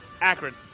Akron